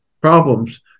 problems